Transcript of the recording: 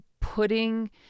putting